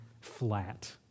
flat